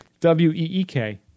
W-E-E-K